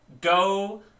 go